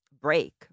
break